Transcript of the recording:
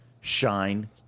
Shine